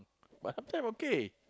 but some time okay